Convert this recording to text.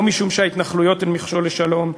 לא משום שההתנחלויות הן מכשול לשלום,